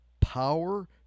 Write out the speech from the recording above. Power